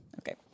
Okay